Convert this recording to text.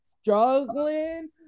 struggling